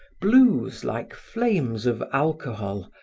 blues like flames of alcohol,